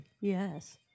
Yes